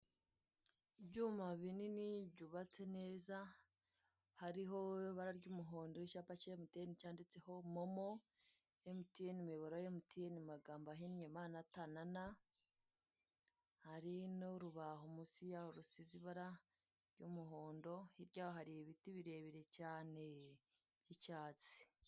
Ibyuma binini byubatse neza hariho ibara ry'umuhondo n'icyapa cya emutiyene cyanditseho momo. Emutiyene, umuyoboro wa emutiyene mu magambo ahinnye ma na ta na na. Hari n'urubaho munsi yaho rusize ibara ry'umuhondo, hirya yaho hari ibiti birebire cyane by'icyatsi.